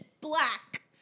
black